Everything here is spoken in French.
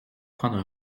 prendre